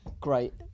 great